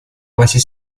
quasi